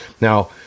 Now